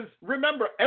remember